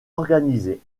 organisée